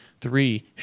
Three